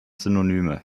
synonyme